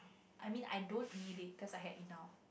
I mean I don't need it cause I had enough